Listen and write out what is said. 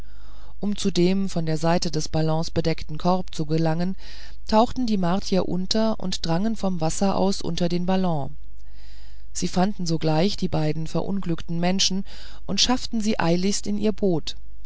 um zu dem von der seide des ballons bedeckten korb zu gelangen tauchten die martier unter und drangen vom wasser aus unter den ballon sie fanden sogleich die beiden verunglückten menschen und schafften sie eiligst in ihr boot